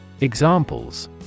Examples